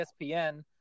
ESPN